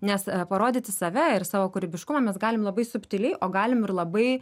nes parodyti save ir savo kūrybiškumą mes galim labai subtiliai o galim ir labai